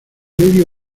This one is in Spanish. medio